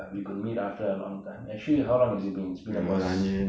we could meet after a long time actually how long has it been it's been about